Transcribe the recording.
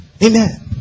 Amen